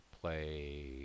play